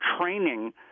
training